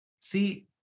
see